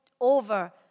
over